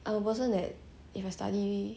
I wasn't that if I study